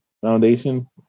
Foundation